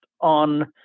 on